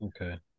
okay